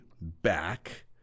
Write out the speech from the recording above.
back